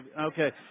Okay